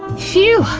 phew,